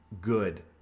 good